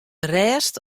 rêst